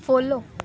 follow